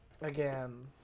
Again